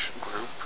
group